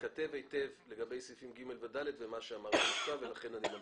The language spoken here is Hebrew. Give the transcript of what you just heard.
מתכתב היטב לגבי סעיפים (ג) ו-(ד) ומה שאמרת עכשיו ולכן אני ממשיך.